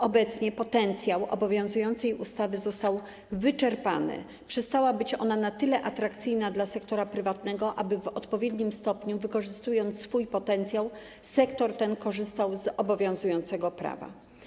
Obecnie potencjał obowiązującej ustawy został wyczerpany, przestała być ona na tyle atrakcyjna dla sektora prywatnego, aby w odpowiednim stopniu wykorzystując swój potencjał, sektor ten korzystał z obowiązującego prawa.